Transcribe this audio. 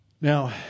Now